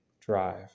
drive